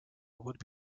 would